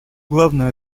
главную